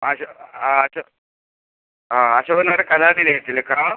ആ അശോകനെന്ന് പറഞ്ഞ കലാനിയത്തിലേക്കാണോ